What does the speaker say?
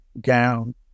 gown